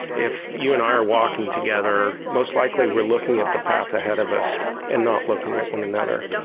if you and i are walking together, most likely we're looking at the path ahead of us and not looking at one another.